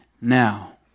now